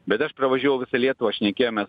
bet aš pravažiavau visa lietuva šnekėjomės